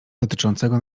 dotyczącego